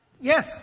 Yes